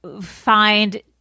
find